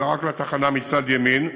אלא רק לתחנה מצד ימין,